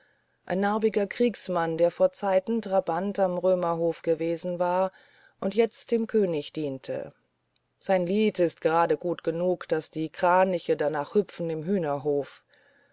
ein narbiger kriegsmann der vorzeiten trabant am römerhofe gewesen war und jetzt dem könig diente sein lied ist gerade gut genug daß die kraniche danach hüpfen im hühnerhofe